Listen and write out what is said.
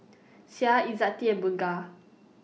Syah Izzati and Bunga